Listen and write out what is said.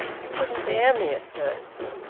you couldn't bear me at first.